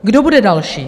Kdo bude další?